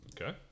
Okay